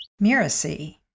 Miracy